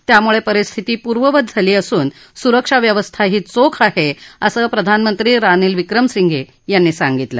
त्यामुळे परिस्थिती पूर्ववत झाली असून सुरक्षा व्यवस्थाही चोख आहे असं प्रधानमंत्री रानिल विक्रमसिंघे यांनी सांगितलं